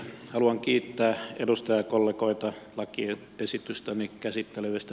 haluan kiittää edustajakollegoita lakiesitystäni käsittelevistä puheista